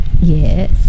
yes